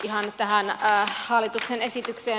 ihan tähän hallituksen esitykseen